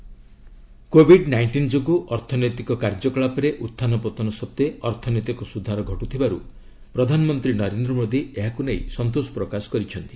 PM FICCI କୋବିଡ nineteen ଯୋଗୁଁ ଅର୍ଥନୈତିକ କାର୍ଯ୍ୟକଳାପରେ ଉତ୍ଥାନ ପତନ ସତ୍ତ୍ୱେ ଅର୍ଥନୈତିକ ସୁଧାର ଘଟୁଥିବାରୁ ପ୍ରଧାନମନ୍ତ୍ରୀ ନରେନ୍ଦ୍ର ମୋଦି ଏହାକୁ ନେଇ ସନ୍ତୋଷ ପ୍ରକାଶ କରିଛନ୍ତି